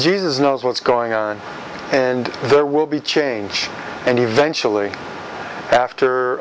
jesus knows what's going on and there will be change and eventually after